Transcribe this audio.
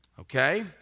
Okay